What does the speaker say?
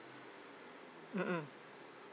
mm mm